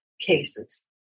cases